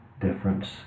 difference